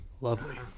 Lovely